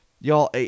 Y'all